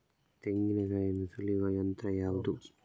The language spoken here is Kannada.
ತೆಂಗಿನಕಾಯಿಯನ್ನು ಸುಲಿಯುವ ಯಂತ್ರ ಯಾವುದು?